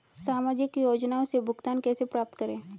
सामाजिक योजनाओं से भुगतान कैसे प्राप्त करें?